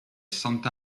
santa